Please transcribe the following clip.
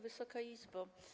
Wysoka Izbo!